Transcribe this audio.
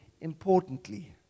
importantly